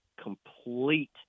complete